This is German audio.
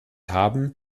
haben